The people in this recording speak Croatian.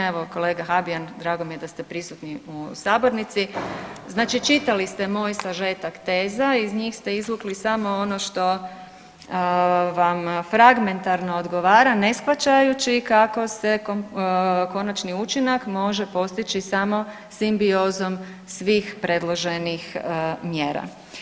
Evo kolega Habijan drago mi je da ste prisutni u sabornici, znači čitali ste moj sažetak teza i iz njih ste izvukli samo ono što vam fragmentarno odgovara ne shvaćajući kako se konačni učinak može postići samo simbiozom svih predloženih mjera.